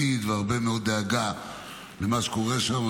לעתיד והרבה מאוד דאגה למה שקורה שם.